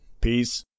Peace